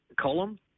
column